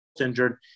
injured